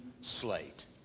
slate